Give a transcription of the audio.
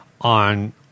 on